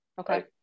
Okay